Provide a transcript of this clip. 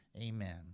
Amen